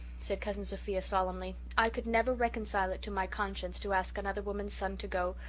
said cousin sophia solemnly. i could never reconcile it to my conscience to ask another woman's son to go,